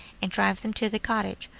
and drive them to the cottage,